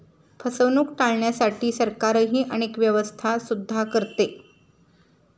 फसवणूक टाळण्यासाठी सरकारही अनेक व्यवस्था सुद्धा करते